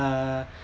uh